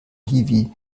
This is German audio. hiwi